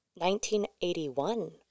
1981